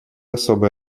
особый